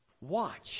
watch